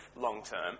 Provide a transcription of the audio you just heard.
long-term